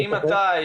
ממתי?